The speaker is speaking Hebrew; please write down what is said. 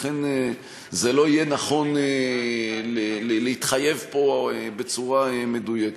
לכן, זה לא יהיה נכון להתחייב פה בצורה מדויקת.